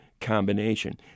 combination